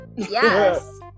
Yes